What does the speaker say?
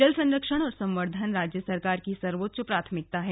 जल संरक्षण व संवर्धन राज्य सरकार की सर्वोच्च प्राथमिकता है